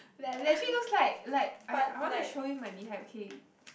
it legit looks like like I I wanna show you my beehive okay